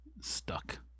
stuck